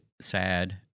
sad